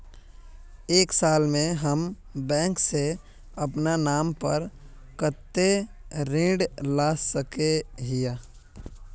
एक साल में हम बैंक से अपना नाम पर कते ऋण ला सके हिय?